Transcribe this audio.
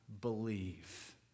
believe